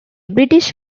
british